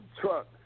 truck